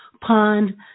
pond